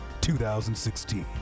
2016